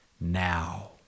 now